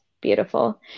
beautiful